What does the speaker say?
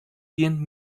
gjin